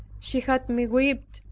she had me whipped,